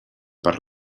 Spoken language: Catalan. per